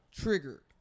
trigger